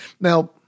Now